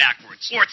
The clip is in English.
backwards